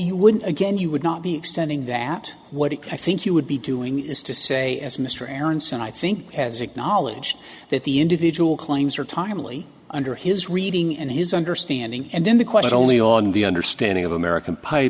you would again you would not be extending that what it could i think you would be doing is to say as mr aronson i think has acknowledged that the individual claims are timely under his reading and his understanding and then the question only on the understanding of american pi